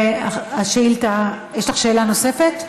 יש לך שאלה נוספת?